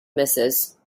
misses